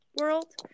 world